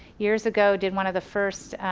years ago did one of the first